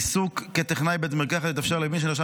עיסוק כטכנאי בית מרקחת יתאפשר למי שנרשם